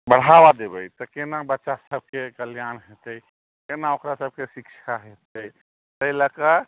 बढ़ावा देबै तऽ कोना बच्चा सबके कल्याण हेतै कोना ओकरा सबके शिक्षा हेतै इएह लऽ कऽ